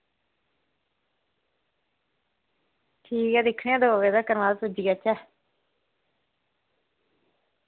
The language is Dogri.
ठीक ऐ दिक्खनै आं मत दो बजे तगर पुज्जी जाह्चै